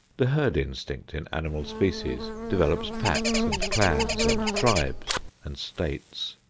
the herd instinct in animal species develops packs and clans and tribes and states.